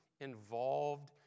involved